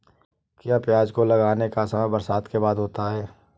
क्या प्याज को लगाने का समय बरसात के बाद होता है?